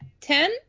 ten